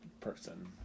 person